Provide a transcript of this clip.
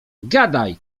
gadaj